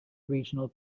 regional